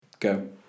go